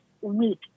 week